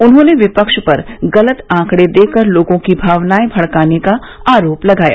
उन्होंने विपक्ष पर गलत आंकड़े देकर लोगों की भावनाएं भड़काने का आरोप लगाय